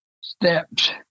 steps